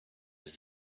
jest